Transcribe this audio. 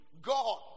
God